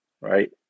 Right